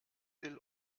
will